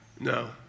No